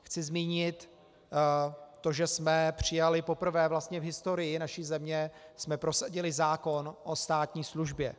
Chci zmínit to, že jsme přijali, poprvé vlastně v historii naší země jsme prosadili zákon o státní službě.